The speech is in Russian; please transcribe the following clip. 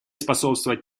способствовать